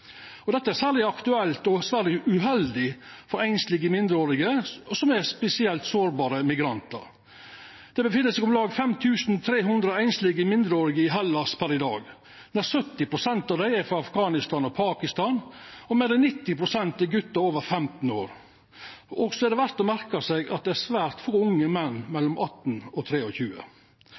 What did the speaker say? Dette er særleg aktuelt og særleg uheldig for einslege mindreårige som er spesielt sårbare immigrantar. Det finst om lag 5 300 einslege mindreårige i Hellas per i dag. 70 pst. av dei er frå Afghanistan og Pakistan, og meir enn 90 pst. er gutar over 15 år. Det er også verd å merka seg at det er svært få unge menn mellom 18 og